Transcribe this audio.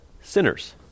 sinners